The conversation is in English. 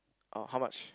uh how much